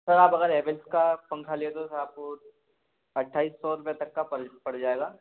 sir आप अगर हैवेल्स का पंखा लेते हो तो सर आपको अट्ठाईस सौ रुपये तक का पल पड़ जाएगा